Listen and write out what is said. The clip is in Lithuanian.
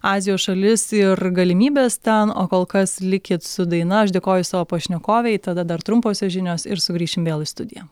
azijos šalis ir galimybes ten o kol kas likit su daina aš dėkoju savo pašnekovei tada dar trumposios žinios ir sugrįšim vėl į studiją